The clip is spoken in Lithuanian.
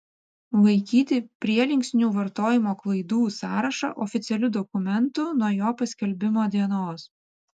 laikyti prielinksnių vartojimo klaidų sąrašą oficialiu dokumentu nuo jo paskelbimo dienos